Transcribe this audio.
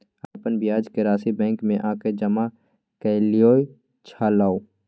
अपन ब्याज के राशि बैंक में आ के जमा कैलियै छलौं?